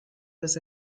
was